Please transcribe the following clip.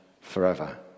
forever